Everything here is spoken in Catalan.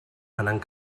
anant